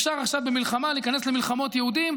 אפשר עכשיו במלחמה להיכנס למלחמות יהודים.